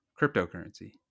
cryptocurrency